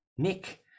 Nick